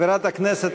גפני, אני אהיה אתך.